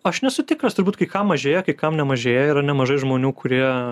aš nesu tikras turbūt kai kam mažėja kai kam nemažėja yra nemažai žmonių kurie